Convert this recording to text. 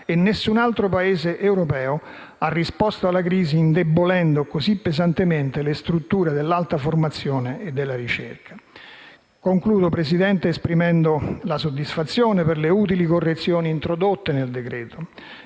e nessun altro Paese europeo ha risposto alla crisi indebolendo così pesantemente le strutture dell'alta formazione e della ricerca. Esprimo in conclusione la soddisfazione per le utili correzioni introdotte nel decreto.